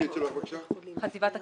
חטיבת הכספים.